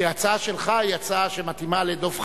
כי ההצעה שלך היא הצעה שמתאימה לדב חנין,